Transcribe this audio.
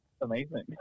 amazing